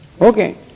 Okay